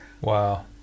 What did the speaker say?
Wow